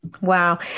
Wow